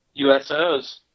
USOs